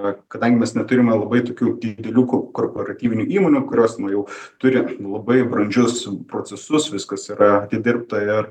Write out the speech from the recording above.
bet kadangi mes neturime labai tokių didelių kor korporatyviniu įmonių kurios na turi labai brandžius procesus viskas yra atidirbta ir